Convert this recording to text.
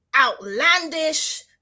outlandish